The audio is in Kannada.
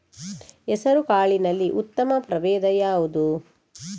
ಹೆಸರುಕಾಳಿನಲ್ಲಿ ಉತ್ತಮ ಪ್ರಭೇಧ ಯಾವುದು?